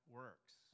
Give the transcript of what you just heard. works